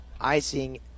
icing